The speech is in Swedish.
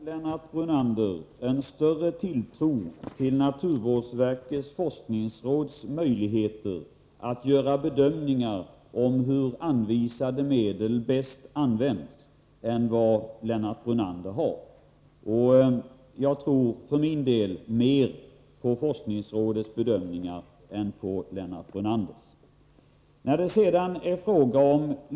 Herr talman! Jag har en större tilltro till naturvårdsverkets forskningsråds möjligheter att göra bedömningar om hur anvisade medel bäst används än vad Lennart Brunander har, och jag tror för min del mer på forskningsrådets bedömningar än på Lennart Brunanders.